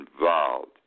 involved